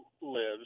lives